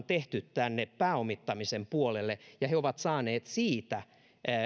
tehty nimenomaan tänne pääomittamisen puolelle ja he ovat saaneet siitä